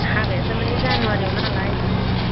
हाबाया थारमानि जानुवारियाव नालाय उम